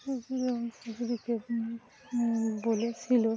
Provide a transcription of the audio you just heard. বলেছিল